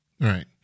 Right